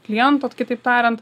kliento kitaip tariant